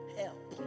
help